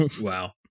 Wow